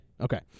Okay